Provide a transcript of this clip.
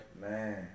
Man